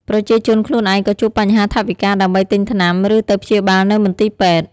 ប្រជាជនខ្លួនឯងក៏ជួបបញ្ហាថវិកាដើម្បីទិញថ្នាំ ឬទៅព្យាបាលនៅមន្ទីរពេទ្យ។